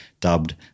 dubbed